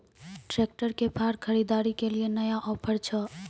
Tractor के फार खरीदारी के लिए नया ऑफर छ?